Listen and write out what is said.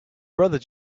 brother